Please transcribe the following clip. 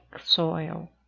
soil